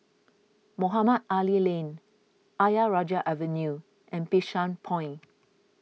Mohamed Ali Lane Ayer Rajah Avenue and Bishan Point